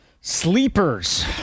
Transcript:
Sleepers